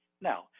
Now